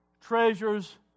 treasures